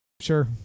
Sure